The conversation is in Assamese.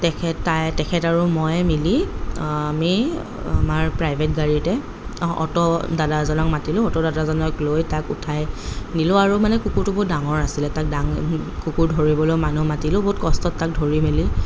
তেখেত তাই তেখেত আৰু ময়ে মিলি আমি আমাৰ প্ৰাইভেট গাড়ীতে অটো দাদা এজনক মাতিলোঁ অটো দাদাজনক লৈ তাক উঠাই নিলোঁ আৰু মানে কুকুৰটো বৰ ডাঙৰ আছিলে তাক ডাং কুকুৰ ধৰিবলৈ মানুহ মাতিলোঁ বহুত কষ্টত তাক ধৰি মেলি